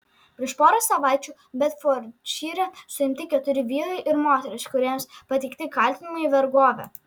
prieš porą savaičių bedfordšyre suimti keturi vyrai ir moteris kuriems pateikti kaltinimai vergove